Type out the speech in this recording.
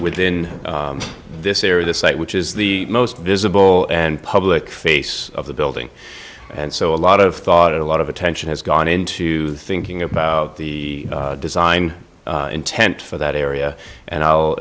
within this area the site which is the most visible and public face of the building and so a lot of thought a lot of attention has gone into thinking about the design intent for that area and i'll